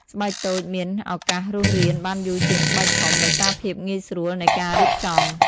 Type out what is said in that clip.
ស្បែកតូចមាន ឱកាសរស់រាន បានយូរជាងស្បែកធំ ដោយសារភាពងាយស្រួលនៃការរៀបចំ។